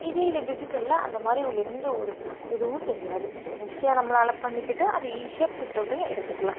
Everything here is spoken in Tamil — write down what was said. இதே இது டிஜிட்டல்ல அந்தமாதிரி எந்த ஒரு இதுவும் தெரியாது ஈஸியாக நம்மளால் பண்ணிக்கிட்டு அதை ஈஸியாக ப்ரிண்ட்டவுட்டும் எடுத்துக்கலாம்